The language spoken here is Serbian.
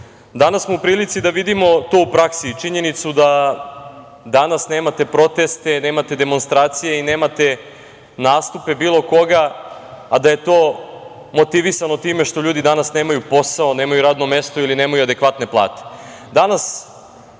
mestu. Danas smo u prilici da vidimo to u praksi činjenicu da danas nemate proteste, nemate demonstracije i nemate nastupe bilo koga, a da je to motivisano time što ljudi danas nemaju posao, nemaju radno mesto ili nemaju adekvatne plate. Danas